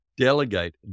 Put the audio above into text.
delegate